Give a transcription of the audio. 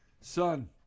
Son